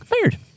fired